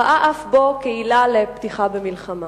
ראה אף בו עילה לפתיחה במלחמה.